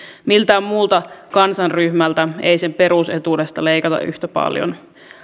miltään muulta kansanryhmältä ei sen perusetuudesta leikata yhtä paljon